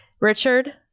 Richard